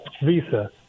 visa